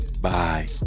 bye